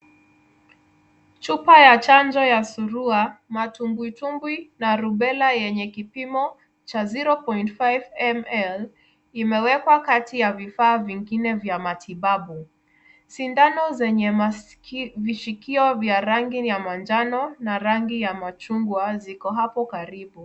Chupa ya chanjo ya suruwa, matumbwi tumbwi na rubela yenye kipimo cha 0.5 ml imewekwa kati ya vifaa vingine vya matibabu, sindano zenye vishikio vya rangi ya manjano na rangi ya machungwa ziko hapo karibu.